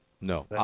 No